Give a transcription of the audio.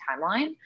timeline